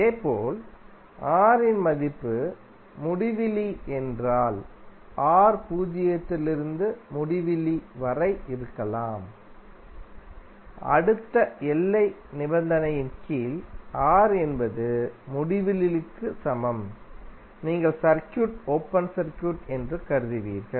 இதேபோல் R இன் மதிப்பு முடிவிலி என்றால் R பூஜ்ஜியத்திலிருந்து முடிவிலி வரை இருக்கலாம் அடுத்த எல்லை நிபந்தனையின் கீழ் R என்பது முடிவிலிக்கு சமம் நீங்கள் சர்க்யூட் ஓபன் சர்க்யூட் என்று கருதுவீர்கள்